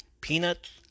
peanuts